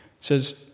says